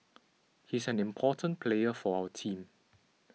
he's an important player for our team